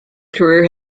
career